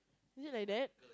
is it like that